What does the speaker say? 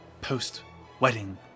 post-wedding